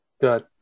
good